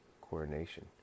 coronation